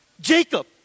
Jacob